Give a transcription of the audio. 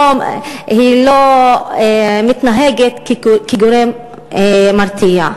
היא לא מתנהגת כגורם מרתיע.